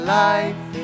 life